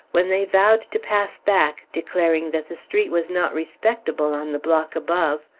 when they vowed to pass back, declaring that the street was not respectable on the block above.